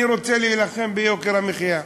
אני רוצה להילחם ביוקר המחיה,